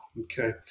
okay